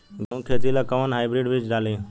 गेहूं के खेती ला कोवन हाइब्रिड बीज डाली?